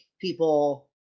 people